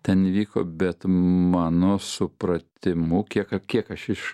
ten įvyko bet mano supratimu kiek kiek aš iš